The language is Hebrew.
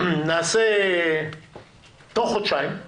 נעשה תוך חודשיים,